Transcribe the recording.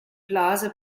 blase